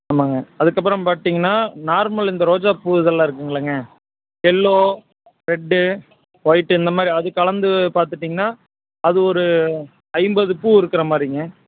ஆமாங்க அதுக்கப்புறோம் பார்த்தீங்கனா நார்மல் இந்த ரோஜாப்பூ இதெல்லாம் இருக்குதில்லங்க எல்லோ ரெட்டு ஒயிட்டு இந்த மாதிரி அது கலந்து பார்த்துட்டீங்கன்னா அது ஒரு ஐம்பது பூ இருக்கிற மாதிரிங்க